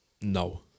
No